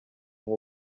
nk’u